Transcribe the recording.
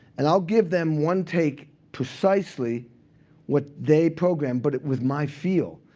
and i'll give them one take precisely what they programmed, but with my feel.